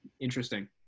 Interesting